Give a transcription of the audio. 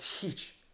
teach